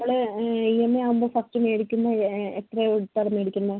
നമ്മൾ E M I ആവുമ്പം first മേടിക്കുന്നത് എത്രയാണ് ഇപ്പം അവിടെ മേടിക്കുന്നത്